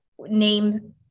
name